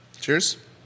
Cheers